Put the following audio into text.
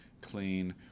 clean